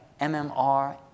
MMR